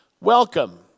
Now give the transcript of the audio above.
Welcome